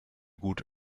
gut